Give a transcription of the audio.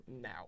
now